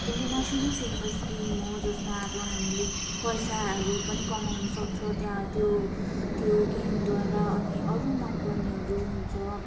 internationally famous game हो जसमा अब हामीले पैसाहरू पनि कमाउनु सक्छ त्यहाँ त्यो त्यो गेमद्वारा अनि अरू मनपर्नेहरू हुन्छ